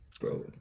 Bro